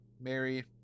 Mary